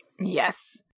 Yes